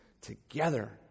together